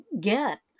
get